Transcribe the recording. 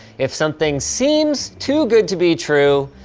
if something seems too good to be true,